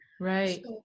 Right